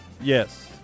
Yes